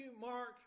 Mark